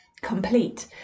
complete